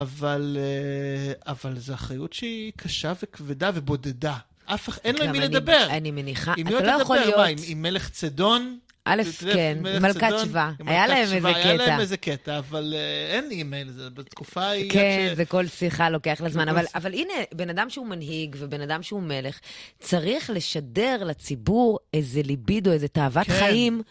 אבל... אה... אבל זו אחריות שהיא קשה, וכבדה, ובודדה. אף אח... אין לה עם מי לדבר. - אני מניחה, אתה לא יכול להיות... - אם היא תדבר? - בוא... - מה? עם מלך צדון?! - א', כן, מלכת שווא, היה להם איזה קטע. - היה להם איזה קטע, אבל אין אימייל... זה... בתקופה ההיא... - כן, וכל שיחה לוקח לה זמן. אבל הנה, בן אדם שהוא מנהיג ובן אדם שהוא מלך, צריך לשדר לציבור איזה ליבידו, איזה תאוות חיים. - כן ...